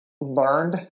learned